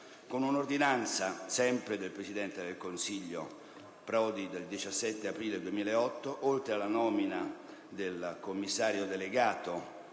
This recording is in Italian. Con un'ordinanza, sempre del presidente del Consiglio Prodi, del 17 aprile 2008, oltre alla nomina del commissario delegato,